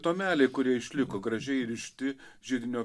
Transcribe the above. tomeliai kurie išliko gražiai įrišti židinio